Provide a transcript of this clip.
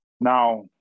Now